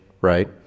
right